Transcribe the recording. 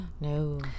No